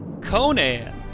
Conan